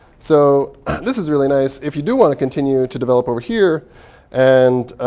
so this is really nice. if you do want to continue to develop over here and